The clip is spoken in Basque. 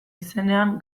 izenean